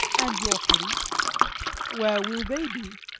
and your police where will they be,